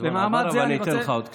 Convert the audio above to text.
הזמן עבר, אבל אני אתן לך עוד קצת.